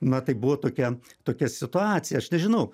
na tai buvo tokia tokia situacija aš nežinau